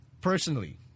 personally